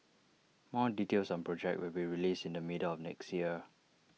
more details on projects will be released in the middle of next year